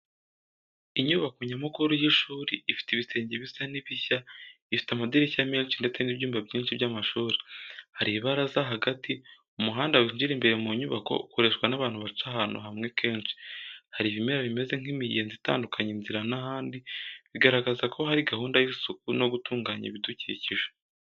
Inyubako nyamukuru y’ishuri ifite ibisenge bisa n’ibishya. Ifite amadirishya menshi ndetse n'ibyumba byinshi by’amashuri. Hari ibaraza hagati. Umuhanda winjira imbere mu nyubako ukoreshwa n’abantu baca ahantu hamwe kenshi. Hari ibimera bimeze nk'imiyenzi itandukanya inzira n’ahandi, bigaragaza ko hari gahunda y’isuku no gutunganya ibidukikije.